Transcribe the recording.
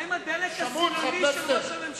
מה עם הדלק הסילוני של ראש הממשלה?